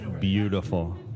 beautiful